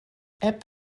app